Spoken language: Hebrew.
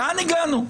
לאן הגענו?